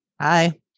Hi